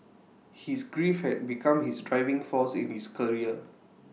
his grief had become his driving force in his career